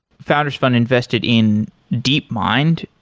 founders fund invested in deepmind.